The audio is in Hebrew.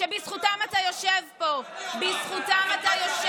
משפט לסיום, בבקשה.